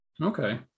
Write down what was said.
Okay